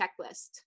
checklist